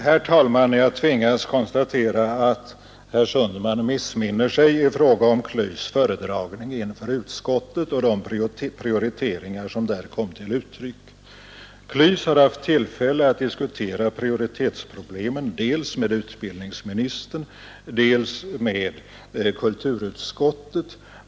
Herr talman! Jag tvingas konstatera att herr Sundman missminner sig i fråga om KLYS:s föredragning inför utskottet och de prioriteringar som där kom till uttryck. KLYS har haft tillfälle att diskutera prioriteringsproblemen dels med utbildningsministern, dels med kulturutskottet.